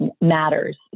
matters